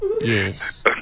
Yes